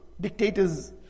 dictators